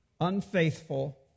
unfaithful